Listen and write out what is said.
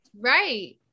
Right